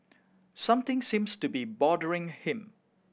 something seems to be bothering him